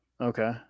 Okay